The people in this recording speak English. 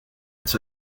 its